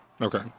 Okay